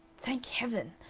thank heaven!